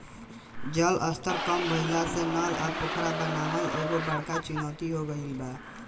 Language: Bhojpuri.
जल स्तर कम भइला से नल आ पोखरा बनावल एगो बड़का चुनौती हो गइल बा